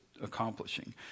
accomplishing